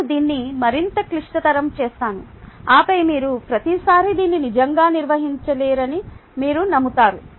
నేను దీన్ని మరింత క్లిష్టతరం చేస్తాను ఆపై మీరు ప్రతిసారీ దీన్ని నిజంగా నిర్వహించలేరని మీరు నమ్ముతారు